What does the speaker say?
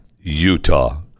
Utah